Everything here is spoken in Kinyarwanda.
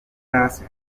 las